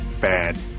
bad